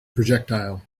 projectile